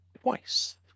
twice